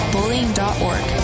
Bullying.org